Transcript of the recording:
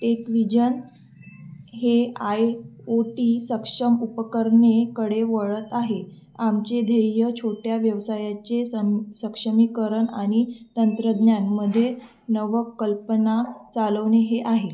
TechVision हे I O T सक्षम उपकरणेकडे वळत आहे आमचे ध्येय छोट्या व्यवसायाचे सं सक्षमीकरण आणि तंत्रज्ञानामध्ये नवकल्पना चालवणे हे आहे